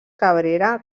cabrera